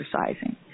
exercising